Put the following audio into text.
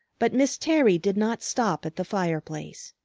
but miss terry did not stop at the fire-place.